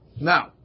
Now